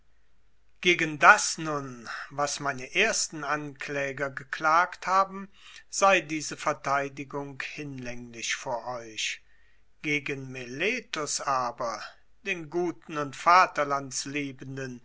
gegen das nun was meine ersten ankläger geklagt haben sei diese verteidigung hinlänglich vor euch gegen meletos aber den guten und